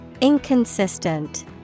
Inconsistent